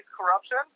corruption